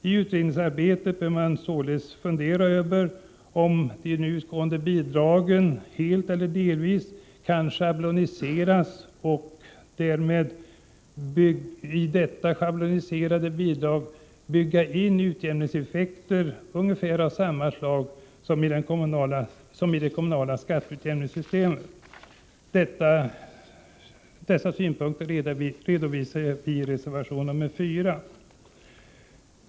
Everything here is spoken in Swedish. I utredningsarbetet bör man således fundera över om de nu utgående bidragen helt eller delvis kan schabloniseras och om man i detta schabloniserade bidragssystem kan bygga in utjämningseffekter av ungefär samma slag som de som finns i det kommunala skatteutjämningssystemet. Dessa synpunkter har vi redovisat i reservation 4.